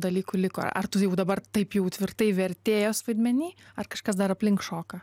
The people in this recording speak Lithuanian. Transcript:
dalykų liko ar tu jau dabar taip jau tvirtai vertėjos vaidmeny ar kažkas dar aplink šoka